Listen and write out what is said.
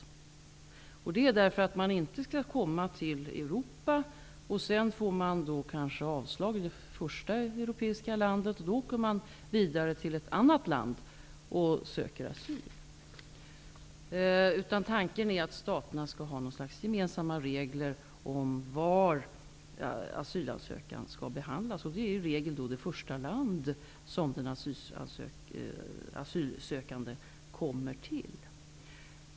Det är inte meningen att man skall komma till Europa, kanske få avslag i det första europeiska landet och sedan åka vidare till ett annat land och söka asyl där. Tanken är att staterna skall ha något slags gemensamma regler om var asylansökan skall behandlas. Det är oftast i det första landet som den asylsökande kommer till.